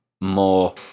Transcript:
more